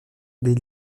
des